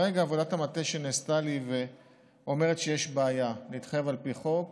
עבודת המטה שנעשתה לי אומרת שיש בעיה להתחייב על פי חוק